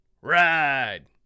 ride